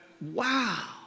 wow